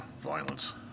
violence